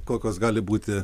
kokios gali būti